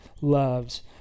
loves